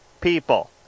people